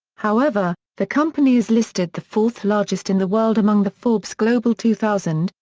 however, the company is listed the fourth-largest in the world among the forbes global two thousand,